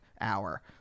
hour